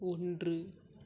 ஒன்று